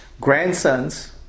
grandsons